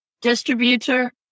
Distributor